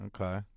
Okay